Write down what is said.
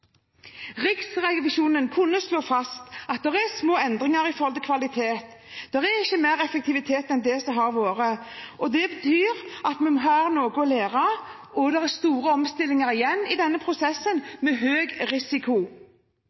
Riksrevisjonen kunne slå fast at det er små endringer når det gjelder kvalitet. Det er ikke mer effektivitet enn det har vært. Det betyr at vi har noe å lære, og det er store omstillinger igjen i denne prosessen – med høy risiko.